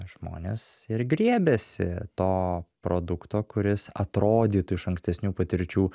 žmonės ir griebiasi to produkto kuris atrodytų iš ankstesnių patirčių